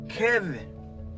Kevin